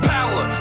Power